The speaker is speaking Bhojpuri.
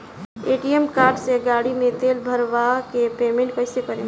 ए.टी.एम कार्ड से गाड़ी मे तेल भरवा के पेमेंट कैसे करेम?